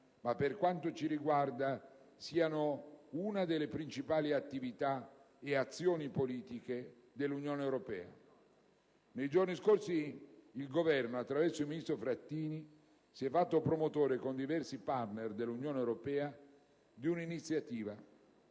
- per quel che ci riguarda - fossero una delle principali azioni politiche dell'Unione europea. Nei giorni scorsi il Governo, attraverso il ministro Frattini, si è fatto promotore, con diversi partner dell'Unione europea, di un'iniziativa